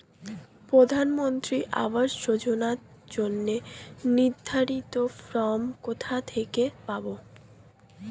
প্রধানমন্ত্রী আবাস যোজনার জন্য নির্ধারিত ফরম কোথা থেকে পাব?